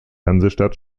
hansestadt